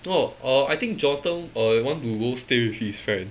oh uh I think johnathan uh want to go stay with his friend